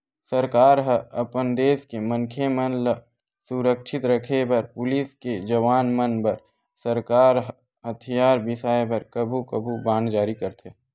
सरकार ह अपन देस के मनखे मन ल सुरक्छित रखे बर पुलिस के जवान मन बर सरकार ह हथियार बिसाय बर कभू कभू बांड जारी करथे